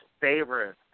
favorite